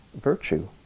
virtue